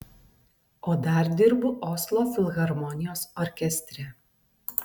o dar dirbu oslo filharmonijos orkestre